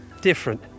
different